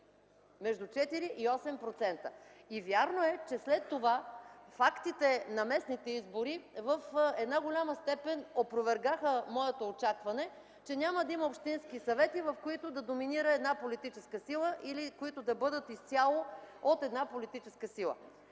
между 4 и 8%. Вярно е, че след това фактите на местните избори в голяма степен опровергаха моето очакване, че няма да има общински съвети, в които да доминира една политическа сила или които да бъдат изцяло от една политическа сила.